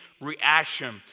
reaction